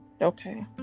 Okay